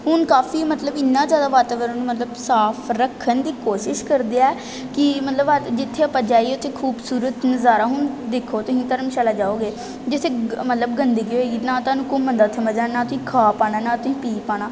ਹੁਣ ਕਾਫ਼ੀ ਮਤਲਬ ਇੰਨਾ ਜ਼ਿਆਦਾ ਵਾਤਾਵਰਨ ਨੂੰ ਮਤਲਬ ਸਾਫ਼ ਰੱਖਣ ਦੀ ਕੋਸ਼ਿਸ਼ ਕਰਦੇ ਹੈ ਕਿ ਮਤਲਬ ਜਿੱਥੇ ਆਪਾਂ ਜਾਈਏ ਉੱਥੇ ਖੂਬਸੂਰਤ ਨਜ਼ਾਰਾ ਹੁਣ ਦੇਖੋ ਤੁਸੀਂ ਹੁਣ ਧਰਮਸ਼ਾਲਾ ਜਾਓਗੇ ਜੇ ਉੱਥੇ ਮਤਲਬ ਗੰਦਗੀ ਹੋਵੇਗੀ ਨਾ ਤੁਹਾਨੂੰ ਘੁੰਮਣ ਦਾ ਓੱਥੇ ਮਜ਼ਾ ਨਾ ਤੁਸੀਂ ਖਾ ਪਾਣਾ ਨਾ ਤੁਸੀਂ ਪੀ ਪਾਣਾ